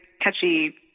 catchy